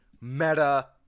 meta